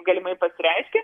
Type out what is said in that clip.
galimai pasireiškė